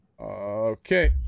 Okay